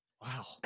Wow